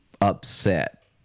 upset